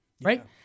right